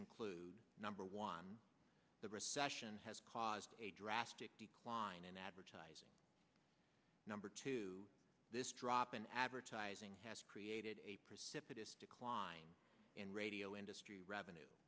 include number one the recession has caused a drastic decline in advertising number two this drop in advertising has created a precipitous decline in radio industry revenue